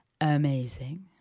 amazing